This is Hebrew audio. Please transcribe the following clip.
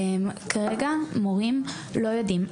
כרגע, מורים לא יודעים.